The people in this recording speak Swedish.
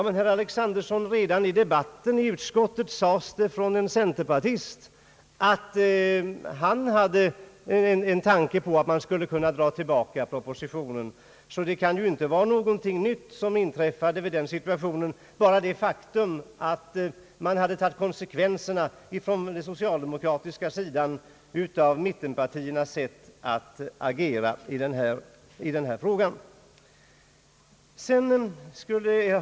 Men, herr Alexanderson, redan i debatten i utskottet sade en centerpartist, att han hade en tanke på att man skulle kunna dra tillbaka propositionen. Det kan alltså inte ha varit något nytt som inträffat. Socialdemokraterna har bara tagit konsekvenserna av mittenpartiernas sätt att agera i denna fråga.